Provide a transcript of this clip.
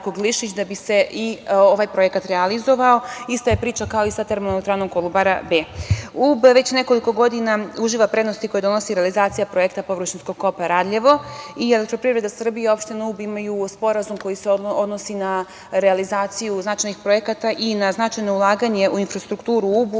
da bi se i ovaj projekat realizovao, ista je priča kao i sa Termoelektranom „Kolubara B“.Ub već nekoliko godina uživa prednosti koje donosi realizacija projekta površinskog kopa „Radljevo“. „Elektroprivreda Srbije“ i opština Ub imaju Sporazum koji se odnosi na realizaciju značajnih projekata i na značajno ulaganje u infrastrukturu u